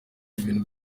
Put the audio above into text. ibintu